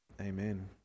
Amen